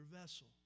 vessel